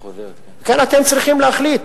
אתם צריכים להחליט.